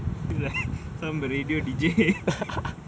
feel like some radio D_J